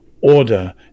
order